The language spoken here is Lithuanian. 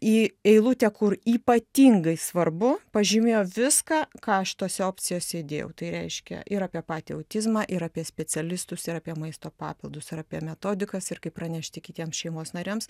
į eilutę kur ypatingai svarbu pažymėjo viską ką šitose opcijose įdėjau tai reiškia ir apie patį autizmą ir apie specialistus ir apie maisto papildus ar apie metodikas ir kaip pranešti kitiems šeimos nariams